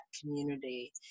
community